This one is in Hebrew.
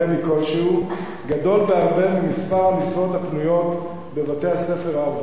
כלשהו גדול בהרבה ממספר המשרות הפנויות בבתי-הספר הערביים.